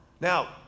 Now